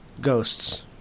ghosts